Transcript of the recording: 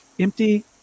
empty